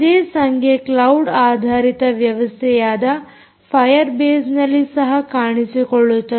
ಅದೇ ಸಂಖ್ಯೆ ಕ್ಲೌಡ್ ಆಧಾರಿತ ವ್ಯವಸ್ಥೆಯಾದ ಫಾಯರ್ ಬೇಸ್ನಲ್ಲಿ ಸಹ ಕಾಣಿಸಿಕೊಳ್ಳುತ್ತದೆ